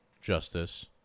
justice